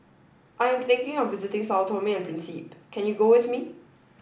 I am thinking of visiting Sao Tome and Principe can you go with me